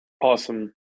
Awesome